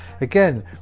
Again